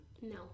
No